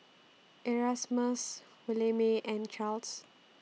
Erasmus Williemae and Charls